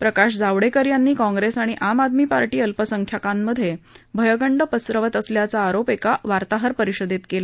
प्रकाश जावडेकर यांनी काँप्रेस आणि आम आदमी पार्शी अल्पसंख्याकांमध्ये भयगंड पसरवत असल्याचा आरोप एका पत्रकार परिषदेत केला